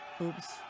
Oops